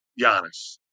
Giannis